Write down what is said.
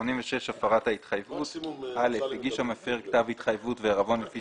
86.הפרת ההתחייבות הגיש המפר כתב התחייבות ועירבון לפי